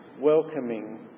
welcoming